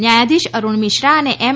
ન્યાયાધીશ અરૂણ મિશ્રા અને એમ